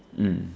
mm